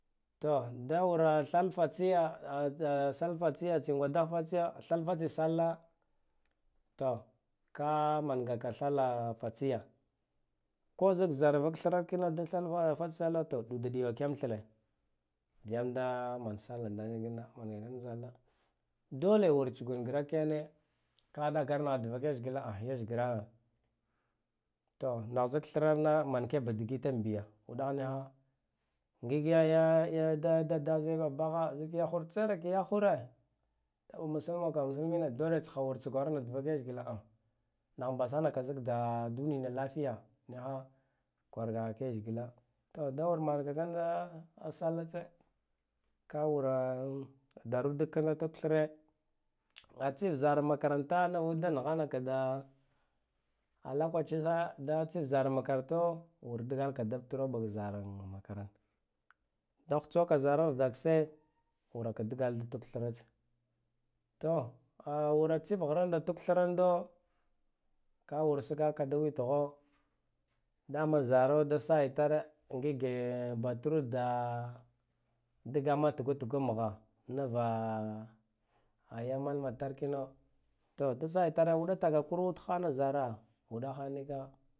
To dawura tham fatsiya sal fatsiya tsiyo dagh fatsiya tham fatsiya salla to ka mangaka salla fatsiya ko zik zara fau thrar kino da thala fatsiya sala to ɗude ɗuwa kiyam thre tsiyam da man salla ndane manga kiyam salla dade wur tsgun grak yane ka da ɗagar ndna dvak leshgla ah lesghglaro to na zik thrarna manke ba digitam biyo uɗah nha ngig ya-ya-ya da-da yaghure mulumaka musulmine dole tsgha wur tsurana dvak leshgla ah nagh basana mbasaka zika duniyana lafiya niha kwargahak leshgla te dawar mangaha salatse ka wura daruddikandak thre atsif zara makaranta nuvudda naghana da lakwaci tsayak zar makaranto wur dgalka taɓtroɓa zaram makara da ghutsoka zaran dakge wuraka dgal dvak thrats to tsif ghranda tuk thrando ka wursgaka da witgho dama zaro da saghitare ngige batrut da dgamattugatuga mgha niva ya malmatarkino to da saghitare uɗa takwakuwud ghana zana uɗaha nika.